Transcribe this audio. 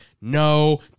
no